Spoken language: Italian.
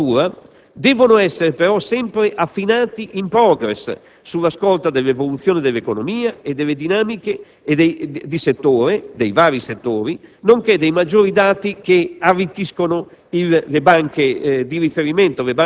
Questi strumenti per loro natura devono essere però sempre affinati *in progress*, sulla scorta dell'evoluzione dell'economia e delle dinamiche dei vari settori, nonché dei maggiori dati che arricchiscono le